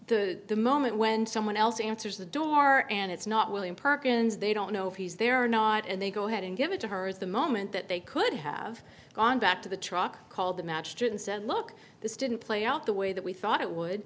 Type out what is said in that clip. so the moment when someone else answers the door and it's not william perkins they don't know if he's there or not and they go ahead and give it to her the moment that they could have gone back to the truck called the matched and said look this didn't play out the way that we thought it would